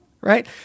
Right